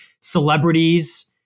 celebrities